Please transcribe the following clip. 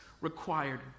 required